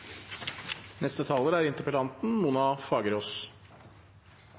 neste taler, som er